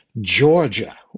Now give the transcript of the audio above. Georgia